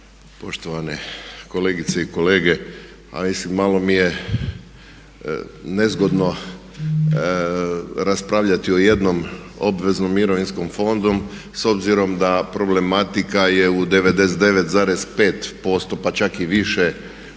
poštovane kolegice i kolege a mislim malo mi je nezgodno raspravljati o jednom obveznom mirovinskom fondu s obzirom da problematika je u 99,5% pa čak i više slučajeva